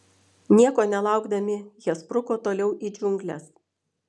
nieko nelaukdami jie spruko toliau į džiungles